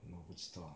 我不知道